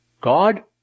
God